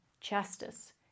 Justice